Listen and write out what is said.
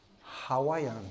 Hawaiian